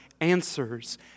answers